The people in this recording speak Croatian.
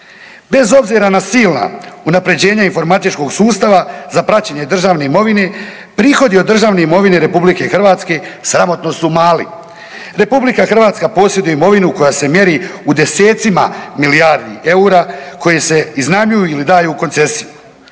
Bez obzira na silna unaprjeđenja informatičkog sustava za praćenje državne imovine prihodi od državne imovine RH sramotno su mali. RH posjeduje imovinu koja se mjeri u desecima milijardi eura koje se iznajmljuju ili daju u koncesiju.